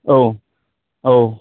औ औ